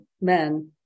men